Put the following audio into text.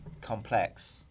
complex